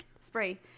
spray